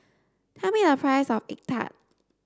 tell me the price of egg tart